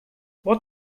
what